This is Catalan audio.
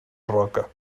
roca